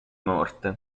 morte